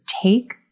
take